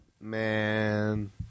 Man